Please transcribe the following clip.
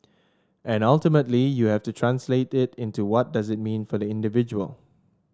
and ultimately you have to translate it into what does it mean for the individual